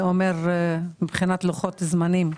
מה זה אומר מבחינת לוחות זמנים?